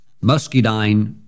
muscadine